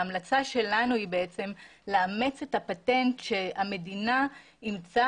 ההמלצה שלנו היא לאמץ את הפטנט שהמדינה אימצה